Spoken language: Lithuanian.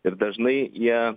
ir dažnai jie